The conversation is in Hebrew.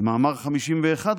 במאמר 51,